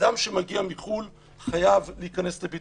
אדם שמגיע מחו"ל חייב להיכנס לבידוד,